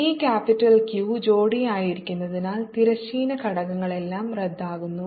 ഈ capital Q ജോഡി ആയിരിക്കുന്നതിനാൽ തിരശ്ചീന ഘടകങ്ങളെല്ലാം റദ്ദാക്കുന്നു